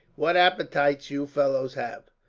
what appetites you fellows have!